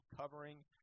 covering